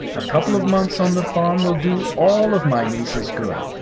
a couple of months on the farm will do all of my nieces good.